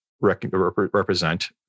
represent